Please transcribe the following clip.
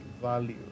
value